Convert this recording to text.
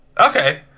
Okay